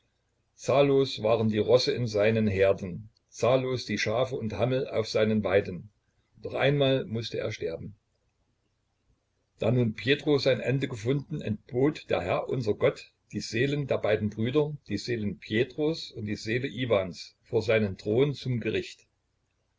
zahllos waren die rosse in seinen herden zahllos die schafe und hammel auf seinen weiden doch einmal mußte er sterben da nun pjetro sein ende gefunden entbot der herr unser gott die seelen der beiden brüder die seele pjetros und die seele iwans vor seinen thron zum gericht